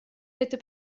это